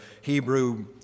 Hebrew